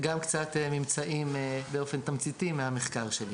וגם קצת ממצאים מהמחקר שלי,